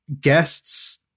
guests